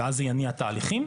ואז זה יניע תהליכים.